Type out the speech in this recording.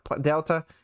delta